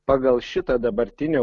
pagal šitą dabartinį